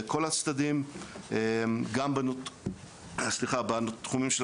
כלומר מה היה קורה אילו היינו לוקחים את הכמות העודפת